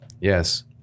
Yes